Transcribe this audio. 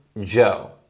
Joe